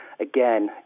again